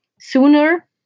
sooner